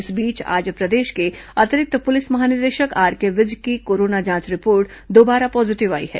इस बीच आज प्रदेश के अतिरिक्त पुलिस महानिदेशक आरके विज की कोरोना जांच रिपोर्ट दोबारा पॉजीटिव आई है